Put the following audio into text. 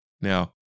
Now